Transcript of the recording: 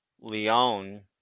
Leon